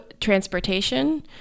transportation